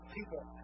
people